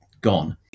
gone